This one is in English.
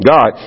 God